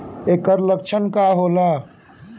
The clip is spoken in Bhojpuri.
ऐकर लक्षण का होला?